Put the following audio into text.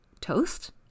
Toast